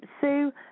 Sue